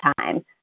time